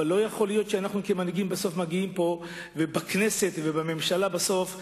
אבל לא יכול להיות שכמנהיגים בכנסת ובממשלה בסוף מתנהלים,